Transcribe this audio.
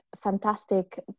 fantastic